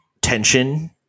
tension